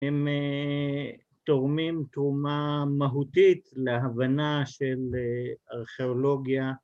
‫הם תורמים תרומה מהותית ‫להבנה של ארכיאולוגיה